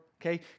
okay